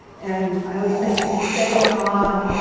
and i always think, if you say to a mom,